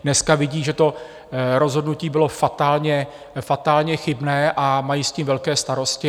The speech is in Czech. Dneska vidí, že to rozhodnutí bylo fatálně chybné, a mají s tím velké starosti.